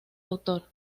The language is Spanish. autor